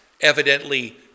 evidently